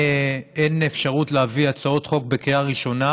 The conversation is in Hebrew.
שאין אפשרות להביא הצעות חוק בקריאה ראשונה